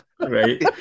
Right